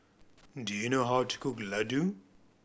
do you know how to cook Ladoo